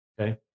Okay